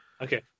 Okay